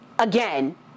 Again